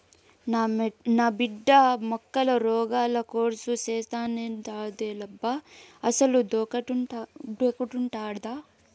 నా బిడ్డ మొక్కల రోగాల కోర్సు సేత్తానంటాండేలబ్బా అసలదొకటుండాదా